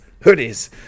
hoodies